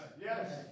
yes